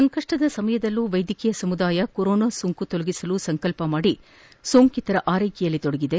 ಸಂಕಷ್ಟದ ಸಮಯದಲ್ಲೂ ವೈದ್ಯಕೀಯ ಸಮುದಾಯ ಕೊರೊನಾ ಸೋಂಕು ತೊಲಗಿಸಲು ಸಂಕಲ್ಪ ಮಾಡಿ ಸೋಂಕಿತರ ಆರೈಕೆಯಲ್ಲಿ ತೊಡಗಿದೆ